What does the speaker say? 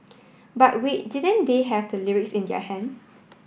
but wait didn't they have the lyrics in their hand